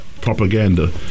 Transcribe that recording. propaganda